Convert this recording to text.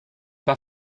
pas